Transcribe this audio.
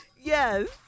Yes